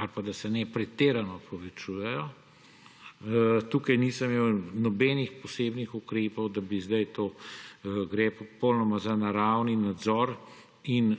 ali pa da se ne pretirano povečujejo. Tukaj nisem imel nobenih posebnih ukrepov, gre popolnoma za naravni nadzor in